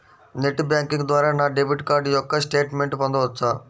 Net banking ద్వారా నా debit card యొక్క స్టేట్మెంట్ పొందవచ్చా?